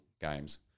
games